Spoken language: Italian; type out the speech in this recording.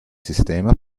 sistema